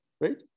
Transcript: right